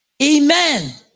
Amen